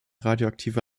radioaktive